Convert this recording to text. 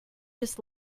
this